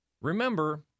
Remember